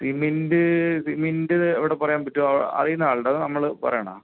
cement cement എവിടെ പറയാൻ പറ്റും അ അറിയുന്ന ആളുണ്ടൊ അതോ നമ്മള് പറയണോ